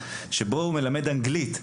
שבו הוא מלמד אנגלית,